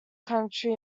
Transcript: county